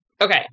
Okay